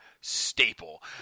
staple